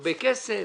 הרבה כסף.